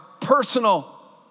personal